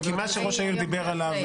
כי מה שראש העיר דיבר עליו,